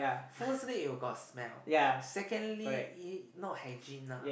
firstly it will got smell secondly it it not hygiene lah